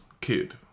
kid